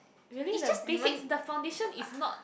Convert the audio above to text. really the basics the foundation is not